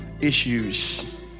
issues